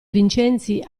vincenzi